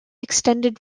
extended